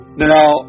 now